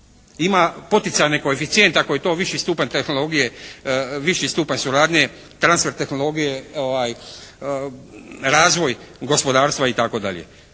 Ima poticane koeficijent ako je to viši stupanj tehnologije, viši stupanj suradnje transfer tehnologije, razvoj gospodarstva itd.